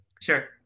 Sure